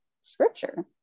scripture